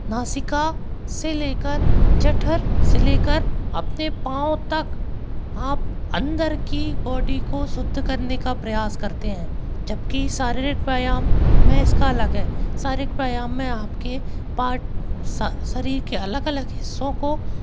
नासिका से लेकर जठर से लेकर अपने पाव तक आप अंदर की बॉडी को शुद्ध करने का प्रयास करते हैं जबकि शारीरिक व्यायाम में इसका अलग है शारीरिक व्यायाम में आपकी पाट शरीर के अलग अलग हिस्सों को